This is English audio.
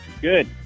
Good